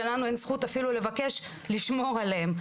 כשלנו אין זכות אפילו לבקש לשמור עליהם.